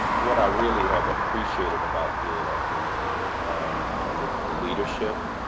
what i really have appreciated about being at duke and the the leadership,